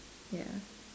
ya